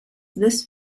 this